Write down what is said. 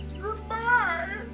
Goodbye